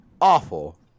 awful